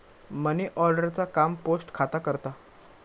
money order चा काम post खाता करता